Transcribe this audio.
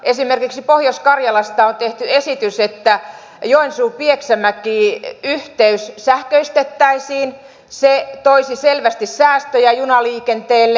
esimerkiksi pohjois karjalasta on tehty esitys että joensuupieksämäki yhteys sähköistettäisiin se toisi selvästi säästöjä junaliikenteelle